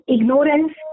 Ignorance